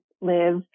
live